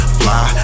fly